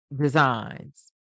designs